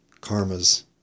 karma's